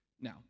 Now